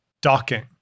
docking